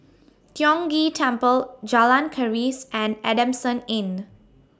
Tiong Ghee Temple Jalan Keris and Adamson Inn